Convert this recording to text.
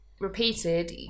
repeated